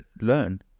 learn